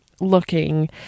looking